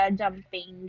jumping